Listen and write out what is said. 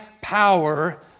power